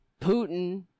Putin